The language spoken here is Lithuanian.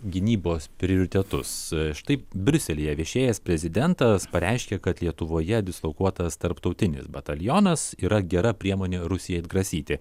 gynybos prioritetus štai briuselyje viešėjęs prezidentas pareiškė kad lietuvoje dislokuotas tarptautinis batalionas yra gera priemonė rusijai atgrasyti